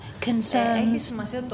concerns